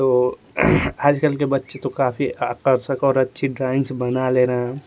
तो आज कल के बच्चे तो काफी ख़ास कर अच्छी ड्राइंग बना ले रहे है